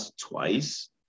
twice